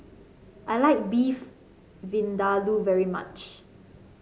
I like Beef Vindaloo very much